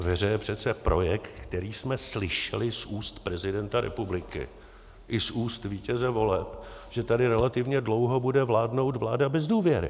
Ve hře je přece projekt, který jsme slyšeli z úst prezidenta republiky i z úst vítěze voleb, že tady relativně dlouho bude vládnout vláda bez důvěry.